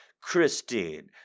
Christine